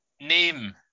name